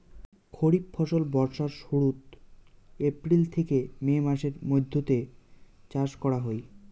খরিফ ফসল বর্ষার শুরুত, এপ্রিল থেকে মে মাসের মৈধ্যত চাষ করা হই